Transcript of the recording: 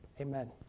Amen